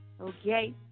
Okay